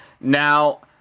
Now